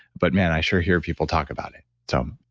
but man, i sure hear people talk about it so um